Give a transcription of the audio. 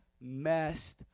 messed